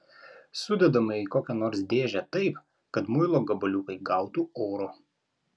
sudedame į kokią nors dėžę taip kad muilo gabaliukai gautų oro